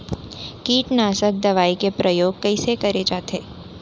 कीटनाशक दवई के प्रयोग कइसे करे जाथे?